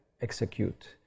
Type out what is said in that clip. execute